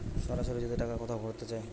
সরাসরি যদি টাকা কোথাও ভোরতে চায়